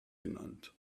genannt